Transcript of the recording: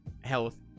health